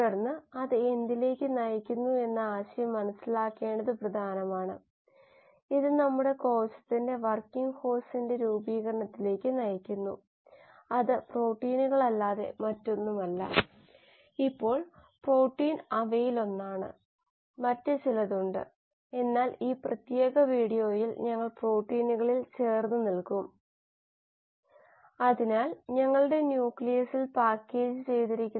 മൂന്നാമത്തെ മൊഡ്യൂൾ ബയോ റിയാക്ടറിന്റെ പൊതുവായ ചില ഓപ്പറേറ്റിംഗ് മോഡുകളുടെ വിശകലനവും മറ്റ് മോഡുകളേക്കാൾ വിവിധ മോഡുകളിൽ അന്തർലീനമായ ഗുണങ്ങളും പരിശോധിച്ചു നാലാമത്തെ മൊഡ്യൂൾ ബയോറിയാക്ടർ എൻവയോൺമെന്റ് മാനദണ്ഡങ്ങൾ പരിശോധിച്ചു